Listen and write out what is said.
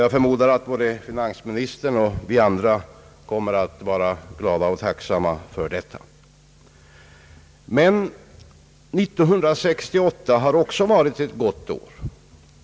Jag förmodar att både finansministern och vi andra kommer att vara glada och tacksamma för detta. Men 1968 har också varit ett gott år.